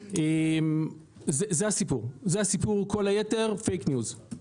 זה הסיפור וכל היתר פייק ניוז,